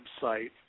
website